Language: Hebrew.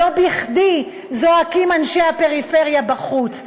לא בכדי זועקים אנשי הפריפריה בחוץ.